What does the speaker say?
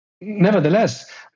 nevertheless